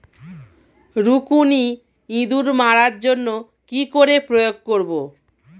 রুকুনি ইঁদুর মারার জন্য কি করে প্রয়োগ করব?